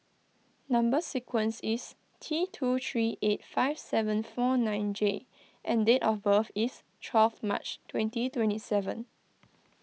Number Sequence is T two three eight five seven four nine J and date of birth is twelve March twenty twenty seven